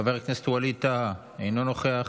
חבר הכנסת וליד טאהא, אינו נוכח,